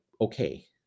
okay